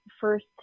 first